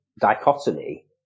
dichotomy